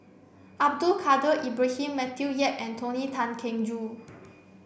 Abdul Kadir Ibrahim Matthew Yap and Tony Tan Keng Joo